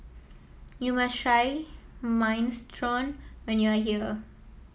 you must try Minestrone when you are here